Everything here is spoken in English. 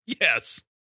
Yes